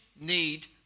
need